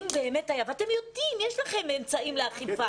אתם יודעים, יש לכם אמצעים לאכיפה.